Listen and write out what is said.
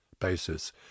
basis